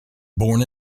born